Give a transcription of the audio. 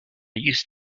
used